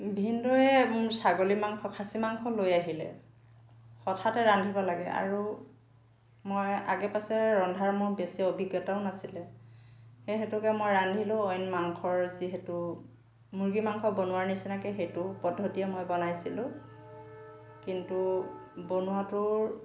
ভিনদেউৱে মোৰ ছাগলী মাংস খাচী মাংস লৈ আহিলে হঠাতে ৰান্ধিব লাগে আৰু মই আগে পাছে ৰন্ধাৰ মোৰ বেছি অভিজ্ঞতাও নাছিলে সেই হেতুকে মই ৰান্ধিলোঁ অইন মাংসৰ যিহেতু মুৰ্গী মাংস বনোৱাৰ নিচিনাকেই সেইটো পদ্ধতিয়ে মই বনাইছিলোঁ কিন্তু বনোৱাতোৰ